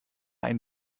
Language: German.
ein